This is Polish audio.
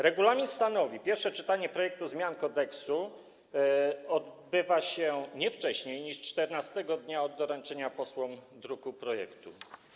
Regulamin stanowi, że pierwsze czytanie projektu zmian kodeksu odbywa się nie wcześniej niż 14. dnia od dnia doręczenia posłom druku projektu.